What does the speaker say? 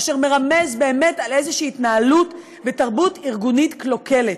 אשר מרמז על איזושהי התנהלות ותרבות ארגונית קלוקלת.